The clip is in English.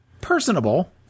Personable